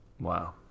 Wow